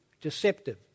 deceptive